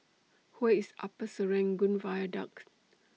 Where IS Upper Serangoon Viaduct